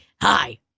Hi